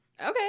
okay